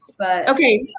Okay